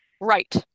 Right